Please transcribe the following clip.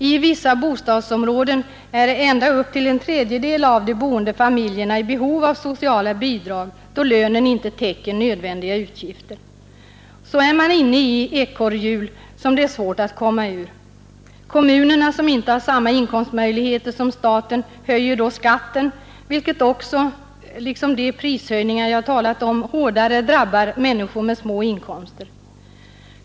I vissa bostadsområden är ända upp till en tredjedel av familjerna i behov av sociala bidrag, då lönen inte täcker nödvändiga utgifter. Så är man inne i ett ekorrhjul som det är svårt att komma ur. Kommunerna som inte har samma inkomstmöjligheter som staten höjer då skatten, vilket också — liksom de prishöjningar jag talat om — hårdare drabbar människor med små inkomster.